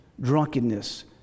drunkenness